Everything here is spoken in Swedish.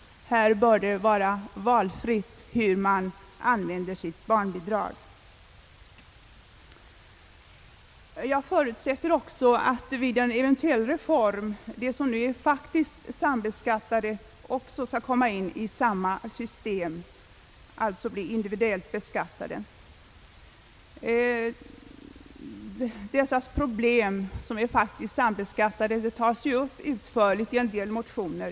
Man bör valfritt få använda sitt barnbidrag. Jag förutsätter också att vid en eventuell reform de som nu är faktiskt sambeskattade också skall komma in i samma system, alltså bli individuellt beskattade. Problemen för dem som är faktiskt sambeskattade tas upp utförligt i en del motioner.